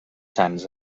sants